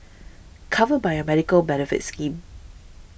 covered by a medical benefits scheme